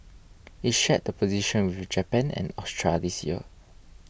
it shared the position with Japan and Austria this year